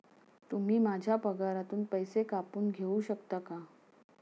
तुम्ही माझ्या पगारातून पैसे कापून घेऊ शकता का?